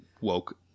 woke